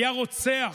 היה רוצח,